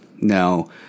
Now